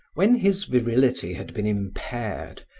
when his virility had been impaired,